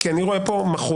כי אני רואה פה מחוק